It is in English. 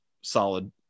solid